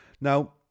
now